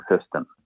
system